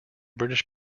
british